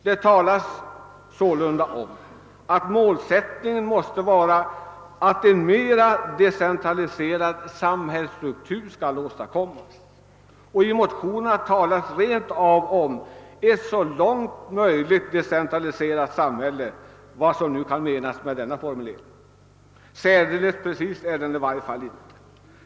Det talas sålunda om att målsättningen måste vara att en mera decentraliserad samhällsstruktur skall åstadkommas. I ett par av motionerna talas rent av om »ett så långt möjligt decentraliserat samhälle», vad som nu kan menas med denna formulering. Särdeles precis är den i varje fall inte.